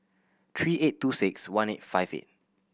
three eight two six one eight five eight